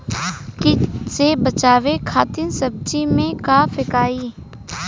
कीट से बचावे खातिन सब्जी में का फेकाई?